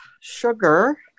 sugar